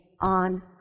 on